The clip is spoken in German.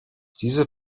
diese